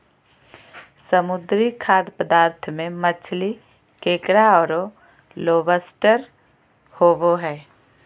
समुद्री खाद्य पदार्थ में मछली, केकड़ा औरो लोबस्टर होबो हइ